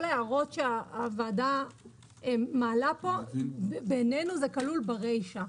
כל ההערות שהוועדה מעלה פה כלולות ברישה.